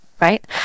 right